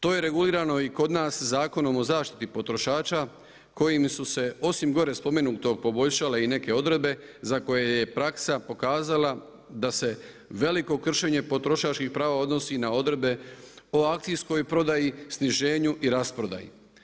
To je regulirano i kod nas Zakonom o zaštiti potrošača kojim su se osim gore spomenutog poboljšale i neke odredbe za koje je praksa pokazala da se veliko krštenje potrošačkih prava odnosi na odredbe o akcijskoj prodaji, sniženju i rasprodaji.